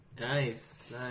Nice